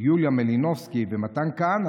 יוליה מלינובסקי ומתן כהנא,